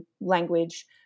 language